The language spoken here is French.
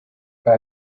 pas